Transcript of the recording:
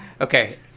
Okay